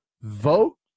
vote